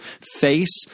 face